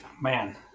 man